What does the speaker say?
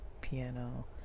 piano